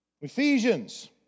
Ephesians